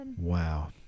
Wow